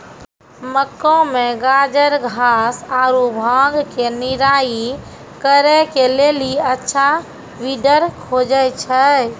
मक्का मे गाजरघास आरु भांग के निराई करे के लेली अच्छा वीडर खोजे छैय?